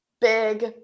big